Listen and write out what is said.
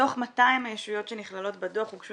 מתוך 200 הישויות שנכללות בדוח הוגשו